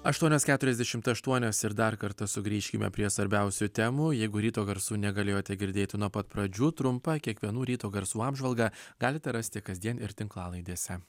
aštuonios keturiasdešimt aštuonios ir dar kartą sugrįžkime prie svarbiausių temų jeigu ryto garsų negalėjote girdėti nuo pat pradžių trumpą kiekvienų ryto garsų apžvalgą galite rasti kasdien ir tinklalaidėse